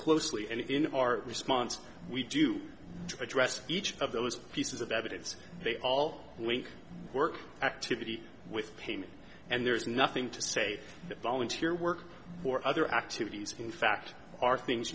closely and in our response we do addressed each of those pieces of evidence they all link work activity with pain and there's nothing to say that volunteer work or other activities in fact are things